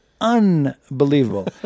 unbelievable